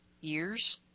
years